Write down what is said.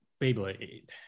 Beyblade